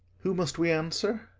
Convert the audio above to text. who must we answer?